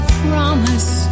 promise